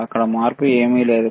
అక్కడ మార్పు ఏమి లేదు